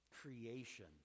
creation